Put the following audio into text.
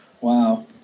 Wow